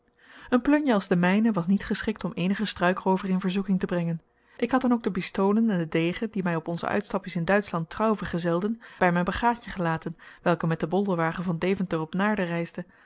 een plunje als de mijne was niet geschikt om eenigen struikrover in verzoeking te brengen ik had dan ook de pistolen en den degen die mij op onze uitstapjes in duitschland trouw vergezelden bij mijn bagaadje gelaten welke met den bolderwagen van deventer op naarden reisde